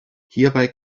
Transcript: hierbei